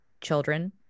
children